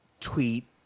tweet